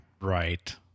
Right